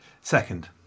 Second